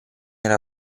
era